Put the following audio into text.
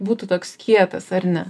būtų toks kietas ar ne